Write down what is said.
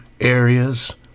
areas